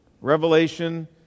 Revelation